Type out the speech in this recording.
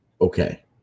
okay